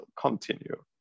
continue